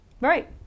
Right